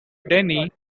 denny